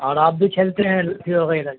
اور آپ بھی کھیلتے ہیں لاٹھی وغیرہ